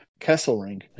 Kesselring